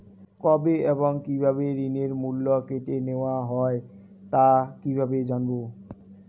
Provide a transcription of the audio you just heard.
কবে এবং কিভাবে ঋণের মূল্য কেটে নেওয়া হয় তা কিভাবে জানবো?